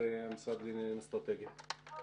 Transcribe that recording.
ארוכה מאוד המשרד לעניינים אסטרטגיים עזר ל-BDS,